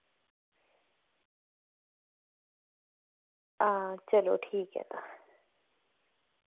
हां चलो ठीक ऐ तां